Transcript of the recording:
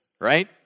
right